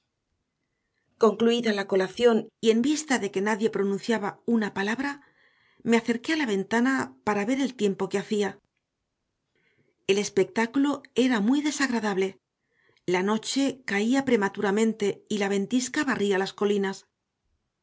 concluida la colación y en vista de que nadie pronunciaba una palabra me acerqué a la ventana para ver el tiempo que hacía el espectáculo era muy desagradable la noche caía prematuramente y la ventisca barría las colinas